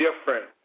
different